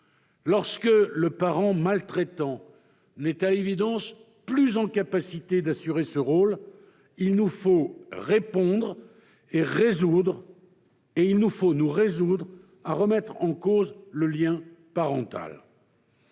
Lorsque le parent maltraitant n'est à l'évidence plus en mesure d'assurer ce rôle, il faut nous résoudre à remettre en cause le lien parental.